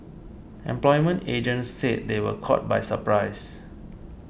employment agents said they were caught by surprise